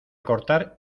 cortar